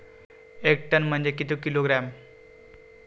एक टन म्हनजे किती किलोग्रॅम?